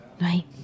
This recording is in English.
Right